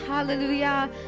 Hallelujah